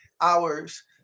hours